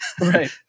Right